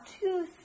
two